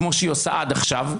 כמו שהיא עושה עד עכשיו,